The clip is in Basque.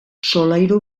solairu